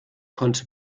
konnte